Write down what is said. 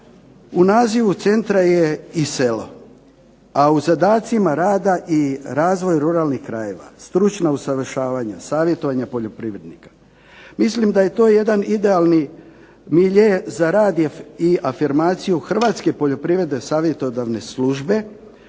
u naziva centra je i selo, a u zadacima rada i razvoj ruralnih krajeva, stručna usavršavanja, savjetovanja poljoprivrednika. Mislim da je to jedan idealan milje za rad i afirmaciju Hrvatske poljoprivredne savjetodavne službe